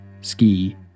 ski